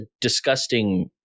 disgusting